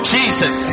Jesus